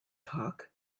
talk